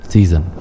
Season